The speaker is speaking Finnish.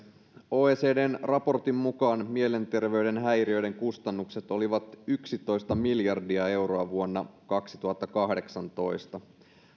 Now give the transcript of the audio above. oecdn raportin mukaan mielenterveyden häiriöiden kustannukset olivat yksitoista miljardia euroa vuonna kaksituhattakahdeksantoista